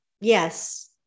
yes